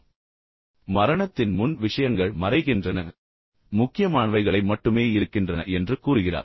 அதனால்தான் மரணத்தின் முன் விஷயங்கள் அப்படியே மறைகின்றன உண்மையில் முக்கியமானவைகளை மட்டுமே இருக்கின்றன என்று அவர் கூறுகிறார்